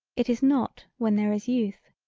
it is not when there is youth.